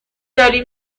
داری